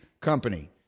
company